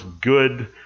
Good